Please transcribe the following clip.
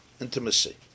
intimacy